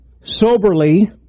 soberly